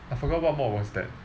I forgot what mod was that